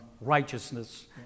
Righteousness